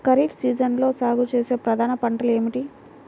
ఖరీఫ్ సీజన్లో సాగుచేసే ప్రధాన పంటలు ఏమిటీ?